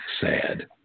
sad